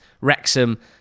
Wrexham